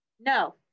no